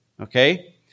okay